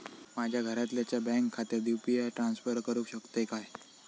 माझ्या घरातल्याच्या बँक खात्यात यू.पी.आय ट्रान्स्फर करुक शकतय काय?